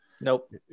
Nope